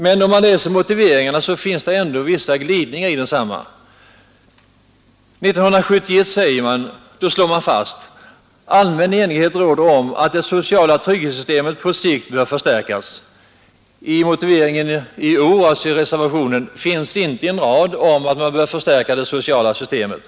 Men när man läser motiveringarna upptäcker man att det ändå finns vi År 1971 slog man i reservationen fast: ”Allmän enighet råder om att det sociala trygghetssystemet på sikt bör förstärkas.” I motiveringen i årets reservation finns inte en rad om att man behöver förstärka det sociala systemet.